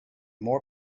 more